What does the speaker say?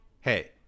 hey